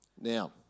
Now